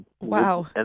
Wow